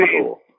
cool